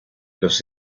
los